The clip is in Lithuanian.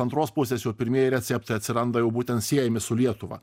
antros pusės jau pirmieji receptai atsiranda jau būtent siejami su lietuva